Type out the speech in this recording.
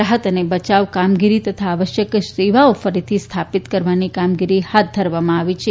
રાહત અને બયાવ કામગીરી તથા આવશ્યક સેવાઓ ફરીથી સ્થાણિત કરવાની કામગીરી હાથ ધરવામાં આવી છે